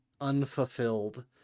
unfulfilled